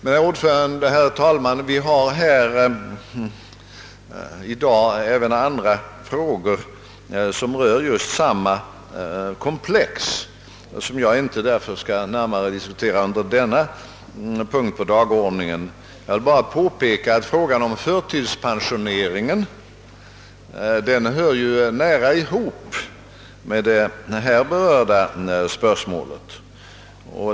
Vi har, herr talman, i dag även andra frågor som berör detta komplex, som jag därför inte skall närmare diskutera under denna punkt på dagordningen. Jag vill bara påpeka att frågan om förtidspensioneringen hör nära ihop med det här berörda spörsmålet.